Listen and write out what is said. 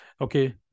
okay